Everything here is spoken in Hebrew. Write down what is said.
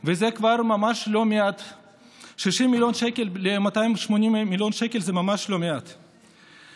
כאיזון וכדי לסייע גם למפלגות שאינן מיוצגות כעת בכנסת